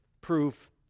proof